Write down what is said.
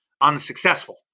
unsuccessful